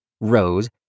rose